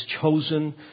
chosen